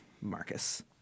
Marcus